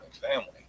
family